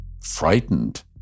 Frightened